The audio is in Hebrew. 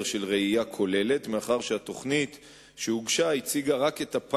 2009): בשנת 2000 היתה החלטה ממשלתית להקציב כ-40